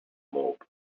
mob